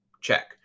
Check